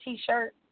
T-shirt